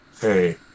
hey